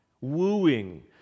wooing